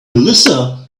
melissa